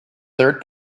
third